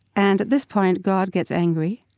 and, at this point, god gets angry,